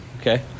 okay